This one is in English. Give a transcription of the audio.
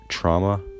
trauma